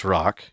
Rock